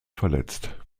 verletzt